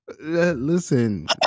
Listen